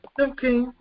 Okay